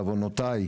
בעוונותיי,